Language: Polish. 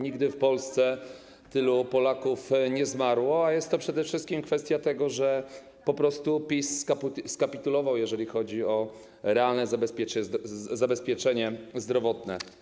Nigdy w Polsce tylu Polaków nie zmarło, a jest to przede wszystkim kwestia tego, że po prostu PiS skapitulował, jeżeli chodzi o realne zabezpieczenie zdrowotne.